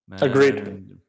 agreed